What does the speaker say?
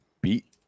beat